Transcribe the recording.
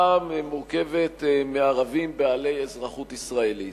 הפעם מורכבת מערבים בעלי אזרחות ישראלית.